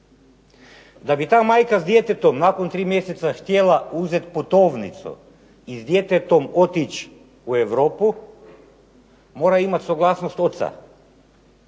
Da bi ta majka s djetetom nakon 3 mj. htjela uzeti putovnicu i s djetetom otići u Europu mora imati suglasnost oca.